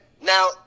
now